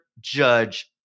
judge